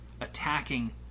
attacking